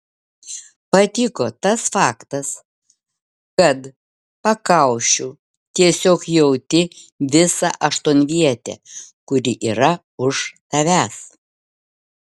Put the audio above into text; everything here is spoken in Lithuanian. patiko tas faktas kad pakaušiu tiesiog jauti visą aštuonvietę kuri yra už tavęs